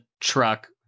truck